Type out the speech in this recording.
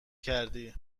کردی